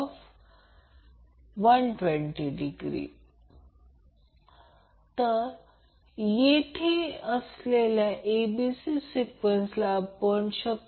तर दोन्ही व्हेरिएबल असल्यास मॅक्सीमम पॉवर